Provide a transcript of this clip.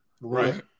Right